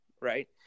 Right